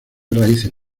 raíces